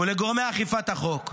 הוא לגורמי אכיפת החוק.